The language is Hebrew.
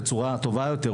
בצורה יותר יותר,